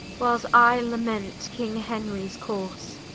whiles i lament king henry's corse.